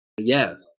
Yes